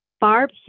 Barb